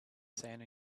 sand